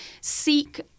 seek